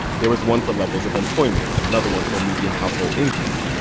there was one for levels of employment, and another one for a median household income.